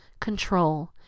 control